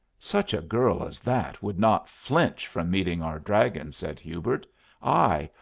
such a girl as that would not flinch from meeting our dragon, said hubert aye,